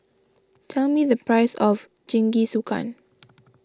tell me the price of Jingisukan